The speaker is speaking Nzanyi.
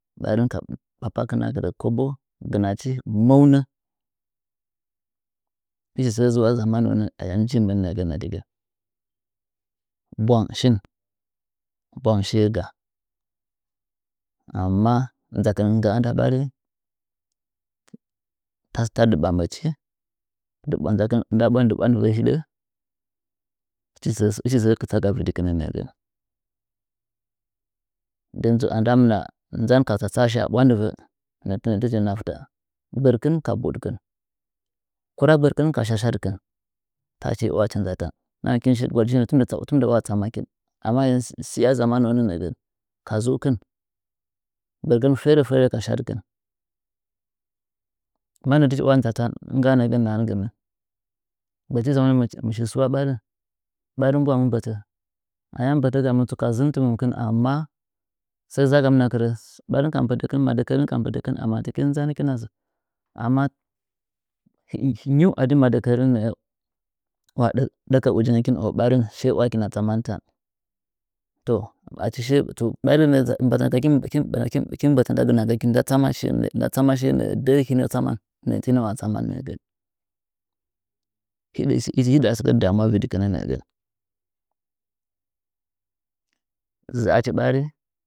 Hɨmɨh ka papakɨh akirɚ kobo gɨnachi mwaunɚ hɨchi ni sɚ zu’wa vɨdiktnɚ nɚɚgɚn ayam njichi bwang shin bwang shiye ga amma nzakɨn ngga nda ɓarih tadɨ ɓamɚchi nzakɨh nda ɓarin dɨ bwandɨuɚ hɨɗɚ hɨchi sɚɚ kɨtsaga vɨdɨkɨnɚ nɚɚgɚn dɨn tsu andam’na tsatsaa shi aɓwandivɚ tɨchi nafta gbɚrkɨn ka buɗkɨn kura gbɚrrkɨn ka shashadɨkɨn taas aki wacha nza an may ndiɨa shi gwaɗchi shi gwaɗchi an ayah sɨlyɚ zamanuwo nɚnɚ'ɚ nɚgɚh ka zuukɨn nɚgɚn fere fere ka shadɨkin mat nɚɚ tɨchi wa na tan ɨngga a nɚgɚn nahagɨmɨh gbɚrchi zamanuwo nɚɚɚ nɚgɚm mr shi sulwa ɓarih ɓarih ɓwang mɨ mbɚtɚ ayam mbɚtɚgamɨn tsu ka zɨmtɨmɚmkɨn amma sɚɚ zagamɚma kɨrɚ ɓarin ka mbɚtɚ kɨn madɚkɚrin ka mbɚlɚkɨn amma nyiu adi madɚkkɚri nɚ iwa ɗka ujinɚgkin bawa ɓarin tallachi shiye tsu barin nda nzakɚkin hikin hikin ɓɚtɚ nda gɨnakɚkɨ da tsama shiye wakina tsaman tan tachi shiye tsu barin achi nda nzakɚk hɨkiɨ mbɚtɚ nda gɨna kɚki nda shi nɚɚ dɚɚ hina tsama nɚɚ tɨna tsama nɚɚgɚn htchi nji hiɗɚ a sɨkɚ damuwa vɨdikɨnɚ nɚɚgɚn zaci mbar.